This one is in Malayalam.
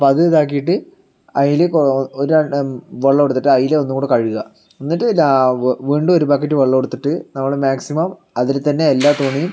അപ്പം അത് ഇതാകിട്ട് അതിൽ ഒരു രണ്ട് വെള്ളമെടുത്തിട്ട് അതിൽ ഒന്നു കൂടി കഴുകുക എന്നിട്ട് ലാ വീണ്ടും ഒരു ബക്കറ്റ് വെള്ളം എടുത്തിട്ട് നമ്മൾ മാക്സിമം അതിൽ തന്നെ എല്ലാ തുണിയും